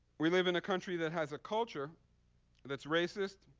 we live in a country that has a culture that's racist,